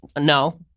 No